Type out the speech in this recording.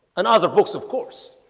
and other books, of course